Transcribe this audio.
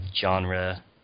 genre